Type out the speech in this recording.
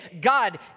God